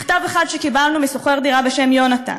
מכתב אחד שקיבלנו משוכר דירה בשם יונתן: